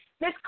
Miss